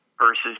versus